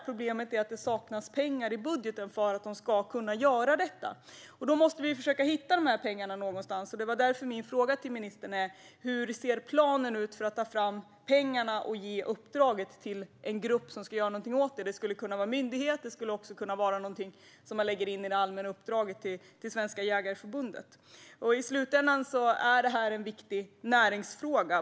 Problemet är att det saknas pengar i budgeten för att de ska kunna göra detta. Då måste vi försöka hitta pengarna någonstans. Det är därför min fråga till ministern är: Hur ser planen ut för att ta fram pengarna och ge uppdraget till en grupp som ska göra någonting åt detta? Det skulle kunna vara en myndighet. Man skulle också kunna lägga in detta i det allmänna uppdraget till Svenska Jägareförbundet. I slutändan är detta en viktig näringsfråga.